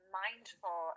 mindful